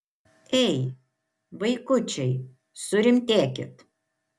ei vaikučiai surimtėkit